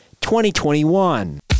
2021